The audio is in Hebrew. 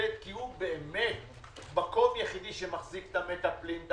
להתמודד כי הוא מקום יחידי שמחזיק את המטפלים,